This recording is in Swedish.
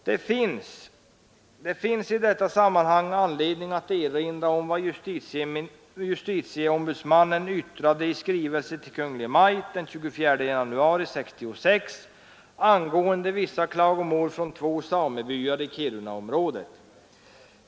Det finns i detta sammanhang anledning att erinra om vad justitieombudsmannen yttrade i skrivelse till Kungl. Maj:t den 24 januari 1966 angående vissa klagomål från två samebyar i Kirunaområdet.